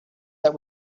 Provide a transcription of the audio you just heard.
that